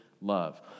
love